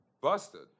busted